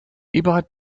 eberhard